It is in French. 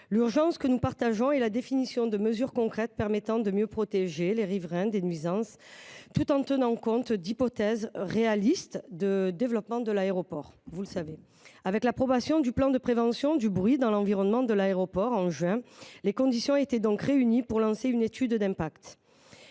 L’urgence, que nous partageons, est la définition de mesures concrètes permettant de mieux protéger les riverains des nuisances, tout en tenant compte d’hypothèses réalistes de développement de l’aéroport. Avec l’approbation, en juin, du plan de prévention du bruit dans l’environnement de l’aéroport, les conditions étaient réunies pour lancer une étude d’impact.